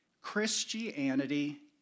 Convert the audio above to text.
Christianity